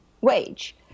wage